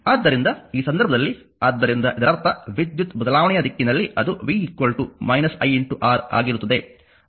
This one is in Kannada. ಆದ್ದರಿಂದ ಈ ಸಂದರ್ಭದಲ್ಲಿ ಆದ್ದರಿಂದ ಇದರರ್ಥ ವಿದ್ಯುತ್ ಬದಲಾವಣೆಯ ದಿಕ್ಕಿನಲ್ಲಿ ಅದು v iR ಆಗಿರುತ್ತದೆ